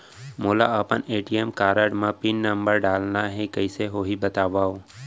मोला अपन ATM card म पिन नंबर डलवाना हे कइसे होही बतावव?